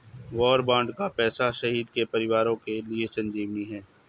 वार bond का पैसा शहीद के परिवारों के लिए संजीवनी है